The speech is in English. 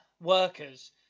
workers